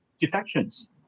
defections